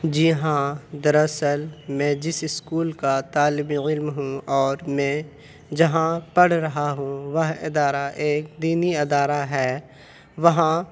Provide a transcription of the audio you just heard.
جی ہاں دراصل میں جس اسکول کا طالب علم ہوں اور میں جہاں پڑھ رہا ہوں وہ ادارہ ایک دینی ادارہ ہے وہاں